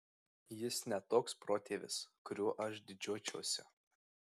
jis ne toks protėvis kuriuo aš didžiuočiausi